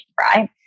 right